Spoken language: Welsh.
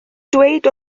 dweud